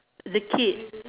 the kid